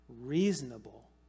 reasonable